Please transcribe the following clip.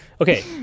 Okay